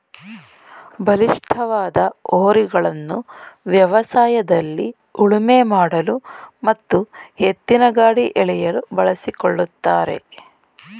ಬಲಿಷ್ಠವಾದ ಹೋರಿಗಳನ್ನು ವ್ಯವಸಾಯದಲ್ಲಿ ಉಳುಮೆ ಮಾಡಲು ಮತ್ತು ಎತ್ತಿನಗಾಡಿ ಎಳೆಯಲು ಬಳಸಿಕೊಳ್ಳುತ್ತಾರೆ